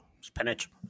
Spinach